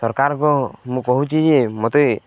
ସରକାରଙ୍କ ମୁଁ କହୁଛି ଯେ ମୋତେ